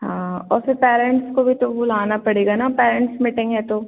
हाँ और फिर पैरेंट्स को भी तो बुलाना पड़ेगा ना पैरेंट्स मीटिंग है तो